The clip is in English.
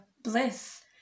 bliss